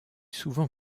souvent